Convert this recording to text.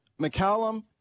McCallum